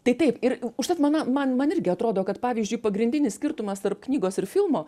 tai taip ir užtat mana man man irgi atrodo kad pavyzdžiui pagrindinis skirtumas tarp knygos ir filmo